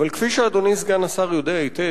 אבל כפי שאדוני סגן השר יודע היטב,